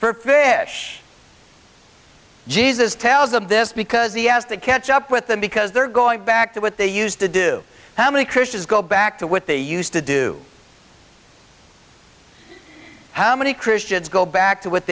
for fish jesus tells them this because he has to catch up with them because they're going back to what they used to do how many christians go back to what they used to do how many christians go back to what